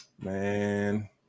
Man